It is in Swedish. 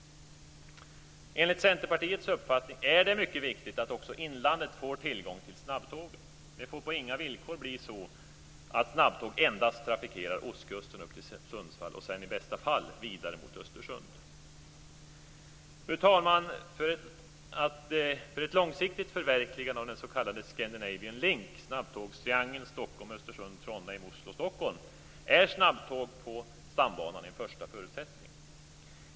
Enligt Centerpartiets uppfattning är det viktigt att också inlandet får tillgång till snabbtåget. Det får på inga villkor bli så att snabbtåg endast trafikerar ostkusten upp till Sundsvall och i bästa fall vidare till Fru talman! För ett långsiktigt förverkligande av den s.k. Scandinavian Link, snabbtågstriangeln Stockholm-Östersund-Trondheim-Oslo-Stockholm, är snabbtåg en första förutsättning.